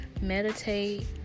Meditate